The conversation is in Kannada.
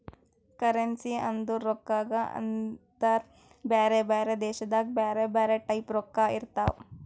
ಕರೆನ್ಸಿ ಅಂದುರ್ ರೊಕ್ಕಾಗ ಅಂತಾರ್ ಬ್ಯಾರೆ ಬ್ಯಾರೆ ದೇಶದಾಗ್ ಬ್ಯಾರೆ ಬ್ಯಾರೆ ಟೈಪ್ ರೊಕ್ಕಾ ಇರ್ತಾವ್